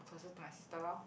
closer to my sister lor